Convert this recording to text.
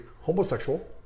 homosexual